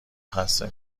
خسته